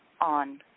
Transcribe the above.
on